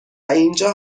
اینجا